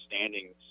standings